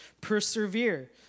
persevere